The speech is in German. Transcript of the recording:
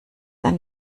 ein